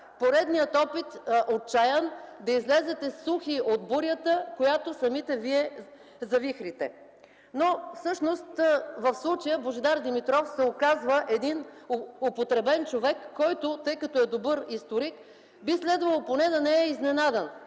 поредният отчаят опит да излезете сухи от бурята, която самите вие завихрихте, но всъщност в случая Божидар Димитров се оказва един употребен човек, който, тъй като е добър историк, би следвало поне да не е изненадан.